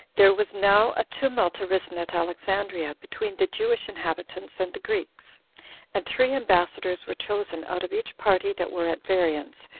there was now a tumult arisen at alexandria, between the jewish inhabitants and the greeks and three ambassadors were chosen out of each party that were at variance,